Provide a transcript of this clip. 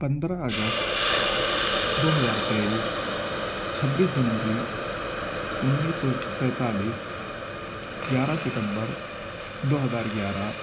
پندرہ اگست دو ہزار تئیس چھبیس جنوری انیس سو سینتالیس گیارہ ستمبر دو ہزار گیارہ